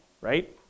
right